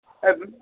ଏବେ